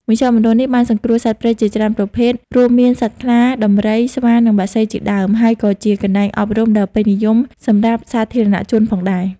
មជ្ឈមណ្ឌលនេះបានសង្គ្រោះសត្វព្រៃជាច្រើនប្រភេទ រួមមានសត្វខ្លា ដំរី ស្វា និងបក្សីជាដើម ហើយក៏ជាកន្លែងអប់រំដ៏ពេញនិយមសម្រាប់សាធារណជនផងដែរ។